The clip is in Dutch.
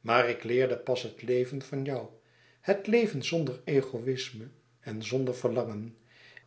maar ik leerde pas het leven van jou het leven zonder egoïsme en zonder verlangen